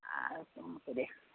ଆଉ କ'ଣ କରିବା